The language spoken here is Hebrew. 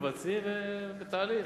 מבצעים ובתהליך.